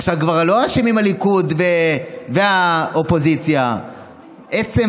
עכשיו כבר לא הליכוד והאופוזיציה אשמים.